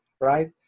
right